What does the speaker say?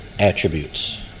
attributes